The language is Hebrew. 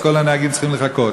ואז כל הנהגים צריכים לחכות.